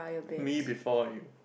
Me-Before-You